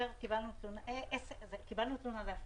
זה הפוך.